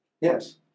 Yes